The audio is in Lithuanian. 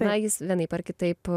na jis vienaip ar kitaip